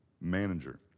manager